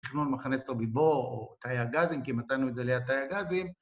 תכנון מחנה סוביבור או תאי הגזים, כי מצאנו את זה ליד תאי הגזים.